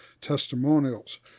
testimonials